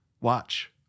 watch